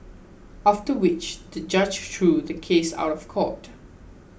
after which the judge threw the case out of court